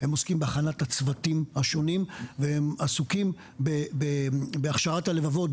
הם עוסקים בהכנת הצוותים השונים והם עסוקים בהכשרת הלבבות,